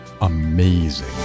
amazing